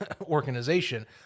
organization